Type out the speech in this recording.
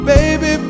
Baby